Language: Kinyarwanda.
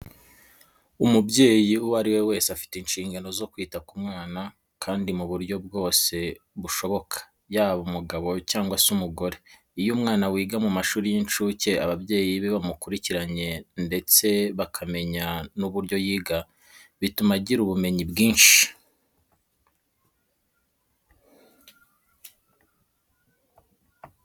Umubyeyi uwo ari we wese afite inshingano zo kwita ku mwana kandi mu buryo bwose bushoboka yaba umugabo cyangwa se umugore. Iyo umwana wiga mu mashuri y'incuke ababyeyi be bamukurikiranye ndetse bakamenya n'uburyo yiga, bituma agira ubumenyi bwinshi.